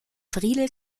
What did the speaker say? friedel